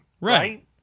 right